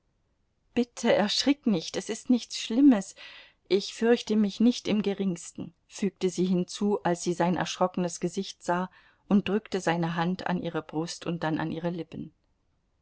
bitte erschrick nicht es ist nichts schlimmes ich fürchte mich nicht im geringsten fügte sie hinzu als sie sein erschrockenes gesicht sah und drückte seine hand an ihre brust und dann an ihre lippen